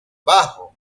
bajo